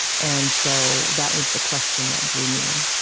and so that was the question that drew me in.